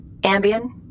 Ambien